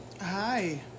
Hi